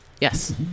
Yes